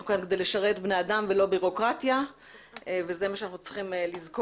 אנחנו כאן כדי לשרת בני אדם ולא בירוקרטיה ואת זה אנחנו צריכים לזכור.